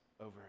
over